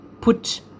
put